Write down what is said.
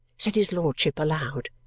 said his lordship aloud.